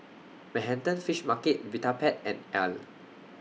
Manhattan Fish Market Vitapet and Elle